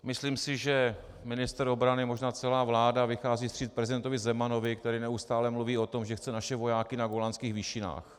Myslím si, že ministr obrany, možná celá vláda vychází vstříc prezidentovi Zemanovi, který neustálé mluví o tom, že chce naše vojáky na Golanských výšinách.